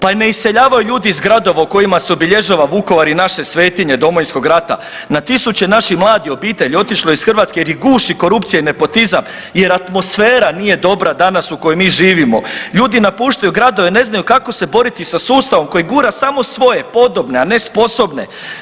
Pa ne iseljavaju ljudi iz gradova u kojima se obilježava Vukovar i naše svetinje Domovinskog rata, na tisuće naših mladih obitelji otišlo je iz Hrvatske jer ih guši korupcija i nepotizam jer atmosfera nije dobra danas u kojoj mi živimo, ljudi napuštaju gradove ne znaju kako se boriti sa sustavom koji gura samo svoje podobne, a ne sposobne.